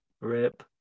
Rip